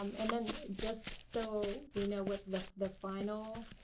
um and then just so we know what the the final